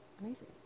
Amazing